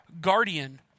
guardian